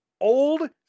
old